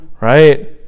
Right